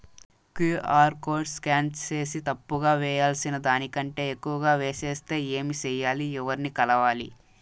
QR code scan సేసి తప్పు గా వేయాల్సిన దానికంటే ఎక్కువగా వేసెస్తే ఏమి సెయ్యాలి? ఎవర్ని కలవాలి?